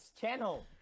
channel